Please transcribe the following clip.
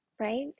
right